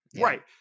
Right